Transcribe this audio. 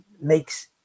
makes